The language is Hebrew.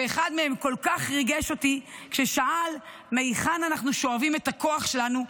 ואחד מהם כל כך ריגש אותי כששאל מהיכן אנחנו שואבים את הכוח שלנו,